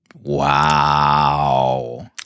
Wow